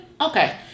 okay